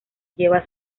lleva